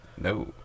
No